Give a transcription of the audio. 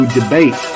debate